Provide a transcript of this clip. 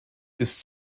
ist